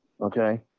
Okay